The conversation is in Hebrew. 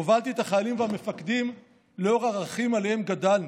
הובלתי את החיילים והמפקדים לאור הערכים שעליהם גדלנו,